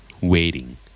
Waiting